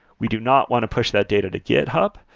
we do not want to push that data to github,